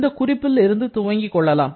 இந்தக் குறிப்பில் இருந்து துவங்கி கொள்ளலாம்